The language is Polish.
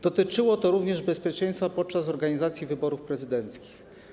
Dotyczyło to również bezpieczeństwa podczas organizacji wyborów prezydenckich.